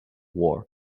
war